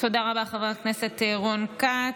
תודה רבה, חבר הכנסת רון כץ.